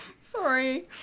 Sorry